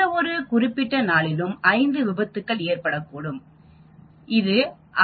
எந்தவொரு குறிப்பிட்ட நாளிலும் 5 விபத்துக்கள் ஏற்படக்கூடும் இது அபாயகரமான முடிவுக்கு வழிவகுக்கும்